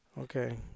Okay